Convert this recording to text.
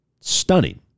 Stunning